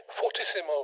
Fortissimo